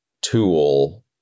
tool